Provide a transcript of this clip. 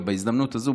ובהזדמנות הזו,